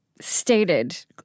stated